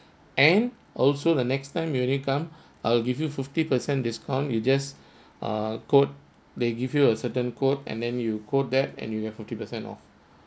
and also the next time you only come I'll give you fifty percent discount you just ah code they give you a certain code and then you go there and you get fifty percent off